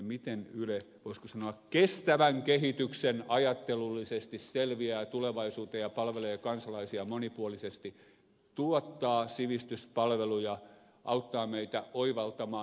miten yle voisiko sanoa kestävän kehityksen ajattelullisesti selviää tulevaisuuteen ja palvelee kansalaisia monipuolisesti tuottaa sivistyspalveluja auttaa meitä oivaltamaan